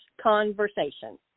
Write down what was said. conversation